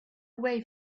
way